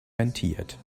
rentiert